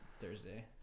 Thursday